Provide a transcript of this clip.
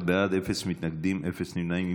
21 בעד, אפס מתנגדים, אפס נמנעים.